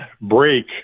break